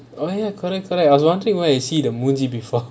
oh ya correct correct I was wondering where you see the movie before